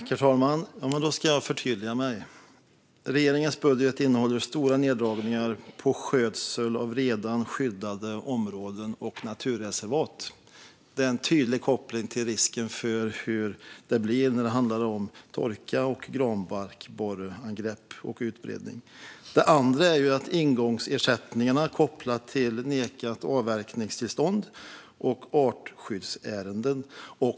Herr talman! Då ska jag förtydliga mig. Regeringens budget innehåller stora neddragningar på skötsel av redan skyddade områden och naturreservat. Det finns en tydlig koppling till risker som handlar om torka, granbarkborreangrepp och utbredning. Dessutom blir det minskade anslag till ingångsersättningarna kopplat till nekat avverkningstillstånd och artskyddsärenden.